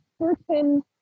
certain